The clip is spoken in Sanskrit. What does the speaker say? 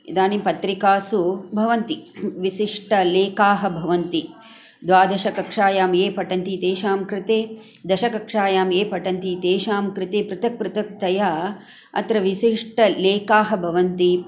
इदानीं पत्रिकासु भवन्ति विशिष्टलेखाः भवन्ति द्वादशकक्षायां ये पठन्ति तेषां कृते दशमकक्षायां ये पठन्ति तेषां कृते पृथक्पृथक्तया अत्र विशिष्टलेखाः भवन्ति